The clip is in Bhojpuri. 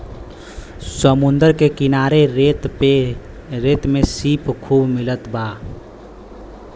समुंदर के किनारे रेत में सीप खूब मिलत बा